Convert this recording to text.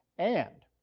and,